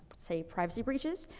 say, privacy breaches,